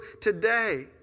today